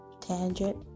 tangent